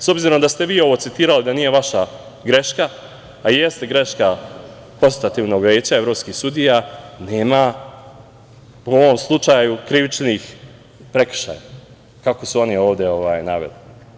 S obzirom da ste vi ovo citirali, da nije vaša greška, a jeste greška Konstitutivnog veća evropskih sudija, nema u ovom slučaju krivičnih prekršaja, kako su oni ovde naveli.